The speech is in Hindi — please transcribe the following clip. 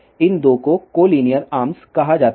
इन 2 को कोलिनियर आर्म्स कहा जाता है